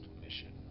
mission